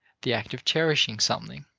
the act of cherishing something,